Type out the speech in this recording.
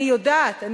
אני יודעת.